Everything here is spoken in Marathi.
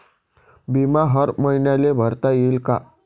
बिमा हर मईन्याले भरता येते का?